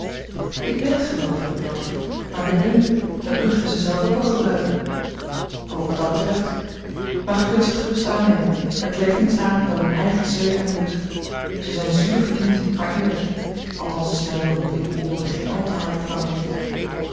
ik wil het gelooven rudolf maar mij dunkt dan kunt gij ze zelf ook wel gebruiken o wat dat betreft maar gij kunt ze gerust aannemen er kleeft niets aan dan mijn eigen zweet en bloed ze zijn zuur verdiend maar eerlijk althans als mijn beroep in uwe ooren geen al te harden klank heeft